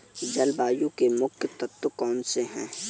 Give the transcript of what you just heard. जलवायु के मुख्य तत्व कौनसे हैं?